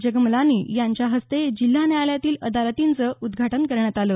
जगमलानी यांच्या हस्ते जिल्हा न्यायालयातील अदालतीचं उद्घाटन करण्यात आले